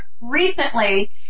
recently